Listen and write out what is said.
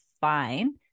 fine